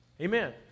Amen